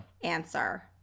answer